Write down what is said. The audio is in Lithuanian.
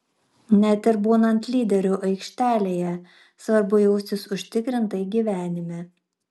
net ir būnant lyderiu aikštelėje svarbu jaustis užtikrintai gyvenime